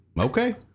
Okay